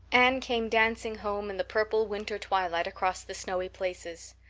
anne came dancing home in the purple winter twilight across the snowy places.